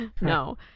No